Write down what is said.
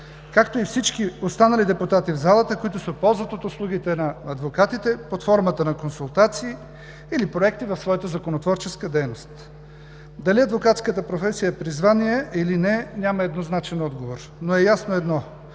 както и всички останали депутати в залата, които се ползват от услугите на адвокатите под формата на консултации или проекти в своята законотворческа дейност. Дали адвокатската професия е призвание, или не, няма еднозначен отговор. Ясно е обаче едно: